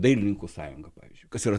dailininkų sąjunga pavyzdžiui kas yra